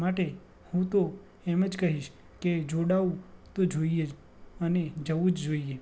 માટે હું તો એમ જ કહીશ કે જોડાવવું તો જોઈએ જ અને જવું જ જોઈએ